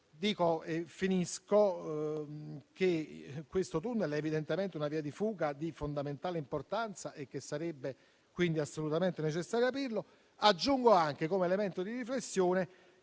dico che questo tunnel è evidentemente una via di fuga di fondamentale importanza e che sarebbe quindi assolutamente necessario capirlo. Aggiungo anche come elemento di riflessione